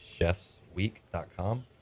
chefsweek.com